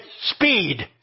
speed